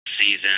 season